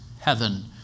heaven